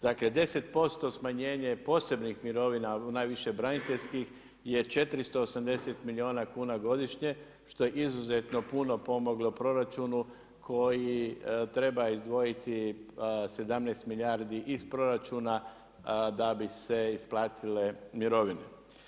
Dakle 10% smanjenje posebnih mirovina, najviše braniteljskih je 480 milijuna kuna godišnje, što je izuzetno puno pomoglo proračunu koji treba izdvojiti 17 milijardi iz proračuna da bi se isplatile mirovine.